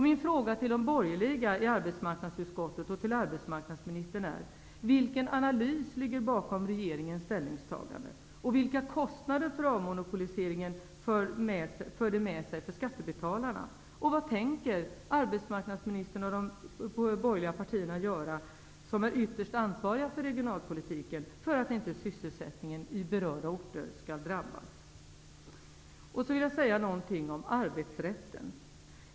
Mina frågor till de borgerliga i arbetsmarknadsutskottet och till arbetsmarknadsministern är: Vilken analys ligger bakom regeringens ställningstagande? Vilka kostnader för avmonopoliseringen för det med sig för skattebetalarna? Vad tänker arbetsmarknadsministern och de borgerliga partierna, som är ytterst ansvariga för regionalpolitiken, göra för att inte sysselsättningen i berörda orter skall drabbas? Så vill jag säga några ord om arbetsrätten.